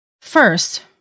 First